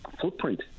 footprint